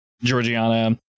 Georgiana